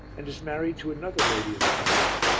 and is married to another lady of the company.